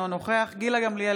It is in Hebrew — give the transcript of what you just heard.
אינו נוכח גילה גמליאל,